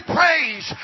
praise